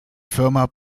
firma